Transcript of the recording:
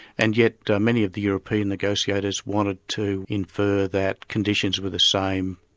and yet many of the european negotiators wanted to infer that conditions were the same,